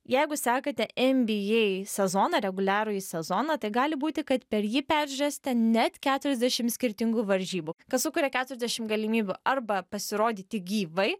jeigu sekate nba sezoną reguliarųjį sezoną tai gali būti kad per jį peržiūrėsite net keturiasdešim skirtingų varžybų kas sukuria keturiasdešim galimybių arba pasirodyti gyvai